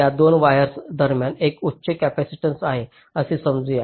तर या दोन वायर्स दरम्यान एक उच्च कॅपेसिटन्स आहे असे समजू